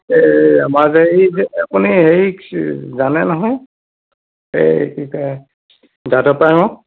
এই আমাৰ যে এই যে আপুনি হেৰিক জানে নহয় এই কি কয় যাদৱ পায়েঙক